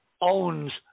owns